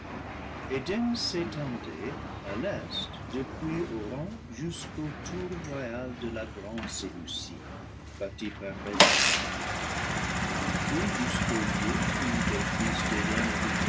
à l'est depuis auran jusqu'aux tours royales de la grande séleucie bâtie par les rois grecs ou jusqu'au lieu où les